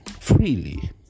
freely